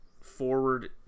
forward